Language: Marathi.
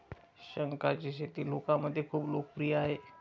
शंखांची शेती लोकांमध्ये खूप लोकप्रिय आहे